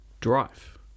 drive